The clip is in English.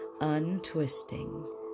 untwisting